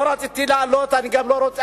לא רציתי להעלות, אני גם לא רוצה.